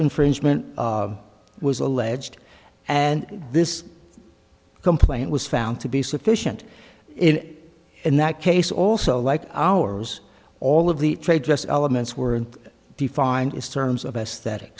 infringement was alleged and this complaint was found to be sufficient it in that case also like ours all of the trade dress elements were defined as terms of aesthetic